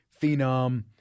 phenom